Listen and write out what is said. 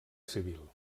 civil